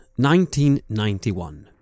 1991